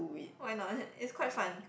why not is quite fun